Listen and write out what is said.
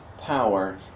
power